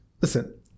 listen